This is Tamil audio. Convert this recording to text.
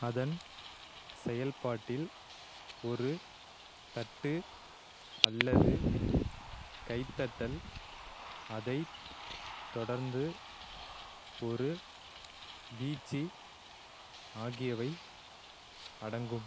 அதன் செயல்பாட்டில் ஒரு தட்டு அல்லது கைதட்டல் அதை தொடர்ந்து ஒரு வீச்சு ஆகியவை அடங்கும்